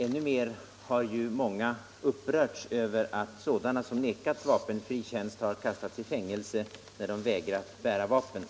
Ännu mer har många upprörts över att sådana som nekats vapenfri tjänst har kastats i fängelse när de vägrat bära vapen.